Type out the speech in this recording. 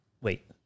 Wait